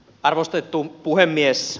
arvostettu puhemies